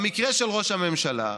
במקרה של ראש הממשלה,